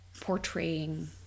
portraying